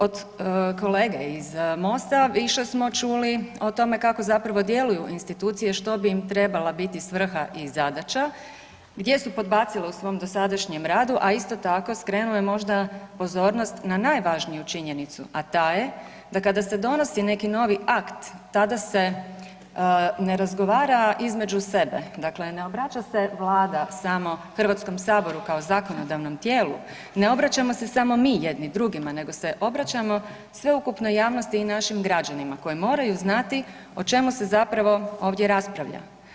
Od kolege iz Mosta više smo čuli o tome kako zapravo djeluju institucije što bi im trebala biti svrha i zadaća, gdje su podbacile u svom dosadašnjem radu, a isto tako skrenuo je možda pozornost na najvažniju činjenicu, a ta je da kada se donosi neki novi akt tada se ne razgovara između sebe, dakle ne obraća se Vlada samo HS-u kao zakonodavnom tijelu, ne obraćamo se samo mi jedni drugima nego se obraćamo sveukupnoj javnosti i našim građanima koji moraju znati o čemu se zapravo ovdje raspravlja.